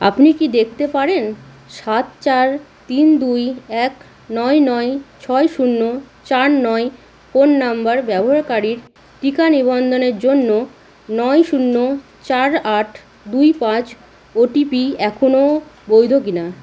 আপনি কি দেখতে পারেন সাত চার তিন দুই এক নয় নয় ছয় শূন্য চার নয় ফোন নাম্বার ব্যবয়ারকারীর টিকা নিবন্দনের জন্য নয় শূন্য চার আট দুই পাঁচ ওটিপি এখনও বৈধ কিনা